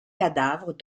cadavres